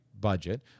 Budget